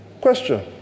Question